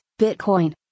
Bitcoin